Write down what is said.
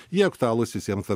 jie aktualūs visiems